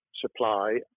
supply